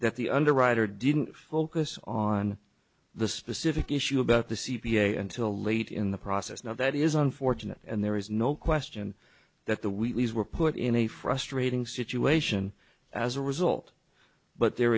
that the underwriter didn't focus on the specific issue about the c p a until late in the process now that is unfortunate and there is no question that the wheatley's were put in a frustrating situation as a result but there